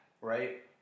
Right